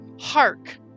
Hark